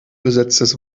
besetztes